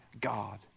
God